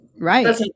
right